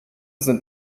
sind